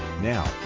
Now